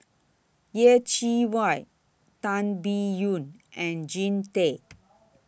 Yeh Chi Wei Tan Biyun and Jean Tay